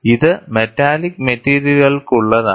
ഇത് മെറ്റാലിക് മെറ്റീരിയലുകൾക്കുള്ളതാണ്